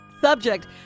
Subject